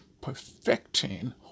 perfecting